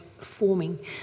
forming